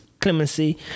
clemency